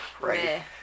Right